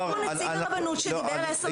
נתנו לנציג הרבנות שדיבר עשר דקות.